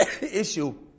issue